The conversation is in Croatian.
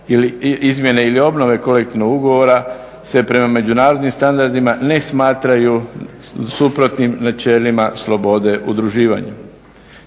izmjene ili obnove kolektivnog ugovora se prema međunarodnim standardima ne smatraju suprotnim načelima slobode udruživanja.